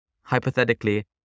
hypothetically